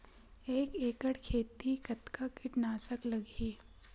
एक एकड़ खेती कतका किट नाशक लगही?